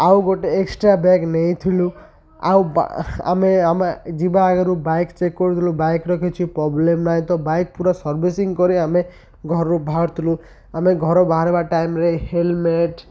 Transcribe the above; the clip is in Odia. ଆଉ ଗୋଟେ ଏକ୍ସଟ୍ରା ବ୍ୟାଗ୍ ନେଇଥିଲୁ ଆଉ ଆମେ ଆମେ ଯିବା ଆଗରୁ ବାଇକ୍ ଚେକ୍ କରୁଥିଲୁ ବାଇକ୍ର କିଛି ପ୍ରୋବ୍ଲେମ୍ ନାଇଁ ତ ବାଇକ୍ ପୁରା ସର୍ଭିସିଂ କରି ଆମେ ଘରରୁ ବାହାରୁଥିଲୁ ଆମେ ଘର ବାହାରିବା ଟାଇମ୍ରେ ହେଲମେଟ୍